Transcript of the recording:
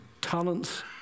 talents